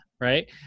right